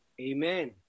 Amen